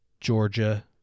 Georgia